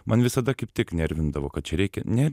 man visada kaip tik nervindavo kad čia reikia ne